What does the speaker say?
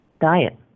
diet